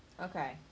Okay